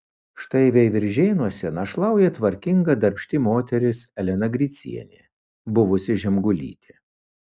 štai veiviržėnuose našlauja tvarkinga darbšti moteris elena gricienė buvusi žemgulytė